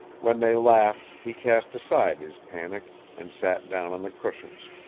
when they laughed, he cast aside his panic, and sat down on the cushions,